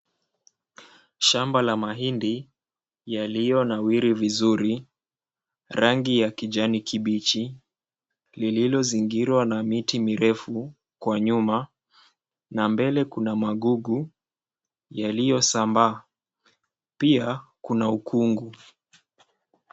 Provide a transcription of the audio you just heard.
Shamba la mahindi yaliyonawiri vizuri, rangi ya kijani kibichi lililozingirwa na miti mirefu kwa nyuma. Na mbele kuna magugu yaliyosambaa, pia kuna ukungu.